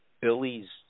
Billy's